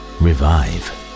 revive